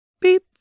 Beep